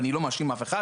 ואני לא מאשים אף אחד,